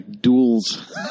duels